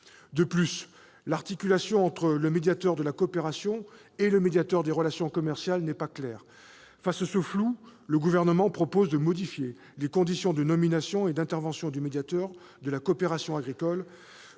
De plus, l'articulation entre le médiateur de la coopération et le médiateur des relations commerciales n'est pas claire. Face à ce flou, le Gouvernement propose de modifier les conditions de nomination et d'intervention du médiateur de la coopération agricole